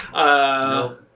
No